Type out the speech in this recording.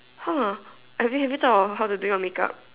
!huh! Ivy have you thought of how to do your makeup